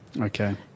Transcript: Okay